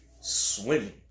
swimming